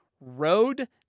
road